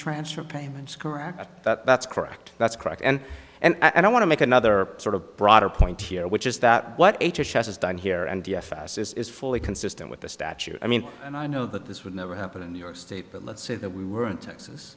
transfer payments correct that's correct that's correct and and i want to make another sort of broader point here which is that what has she has done here and this is fully consistent with the statute i mean and i know that this would never happen in new york state but let's say that we were in texas